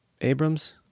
Abrams